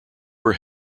were